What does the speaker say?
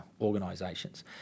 organisations